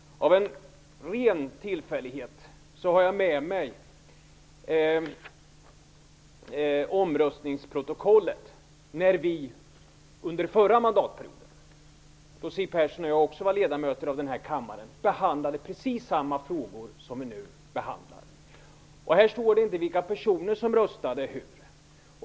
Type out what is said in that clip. Av en ren tillfällighet har jag med mig omröstningsprotokollet från förra mandatperioden då Siw Persson och jag också var ledamöter av den här kammaren och då vi behandlade precis samma frågor som vi nu behandlar. Här står inte hur olika personer röstade.